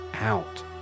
out